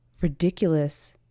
ridiculous